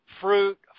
Fruit